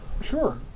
Sure